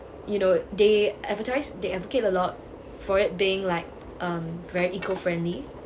you know they advertised they advocate a lot for it being like um very eco-friendly